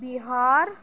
بہار